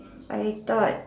I thought